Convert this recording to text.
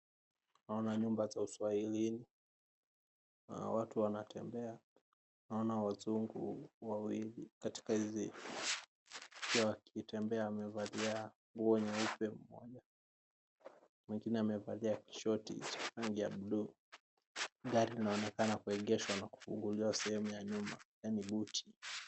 Naona nyumba za waswahili na watu wanatembea, naona wazungu wawili katika hizi pia wakitembea wakiwa wamevalia nguo nyeupe, mwingine amevalia shoti ya rangi ya a buluu. Gari inaonekana imeegeshwa na kufunguliwa sehemu ya nyuma yaani buti.